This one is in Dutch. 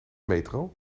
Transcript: metro